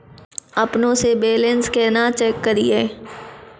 अपनों से बैलेंस केना चेक करियै?